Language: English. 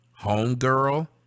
homegirl